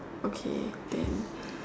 okay then